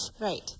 Right